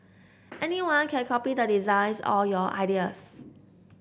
anyone can copy the designs or your ideas